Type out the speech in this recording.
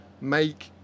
make